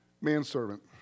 manservant